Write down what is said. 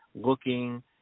looking